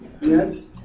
Yes